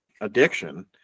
addiction